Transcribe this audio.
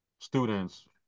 students